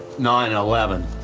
9-11